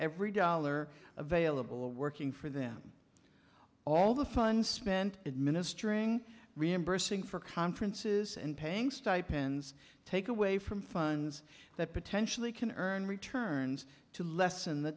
every dollar available working for them all the fun spent administering reimbursing for conferences and paying stipends take away from funds that potentially can earn returns to lessen the